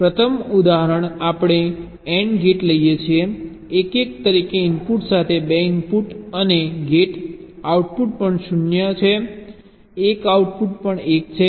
પ્રથમ ઉદાહરણ આપણે AND ગેટ લઈએ છીએ 1 1 તરીકે ઇનપુટ સાથે બે ઇનપુટ અને ગેટ આઉટપુટ પણ 0 છે 1 આઉટપુટ પણ 1 છે